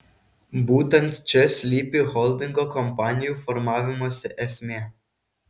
būtent čia slypi holdingo kompanijų formavimosi esmė